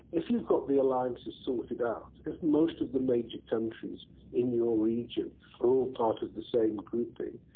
if you've got the alliances sorted out, if most of the major countries in your region are all part of the same grouping,